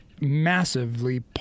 massively